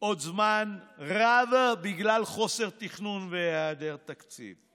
עוד זמן רב בגלל חוסר תכנון והיעדר תקציב: